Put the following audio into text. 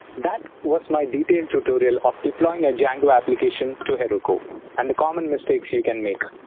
that was my detailed tutorial of deploying a django application to heroku and the common mistakes you can make.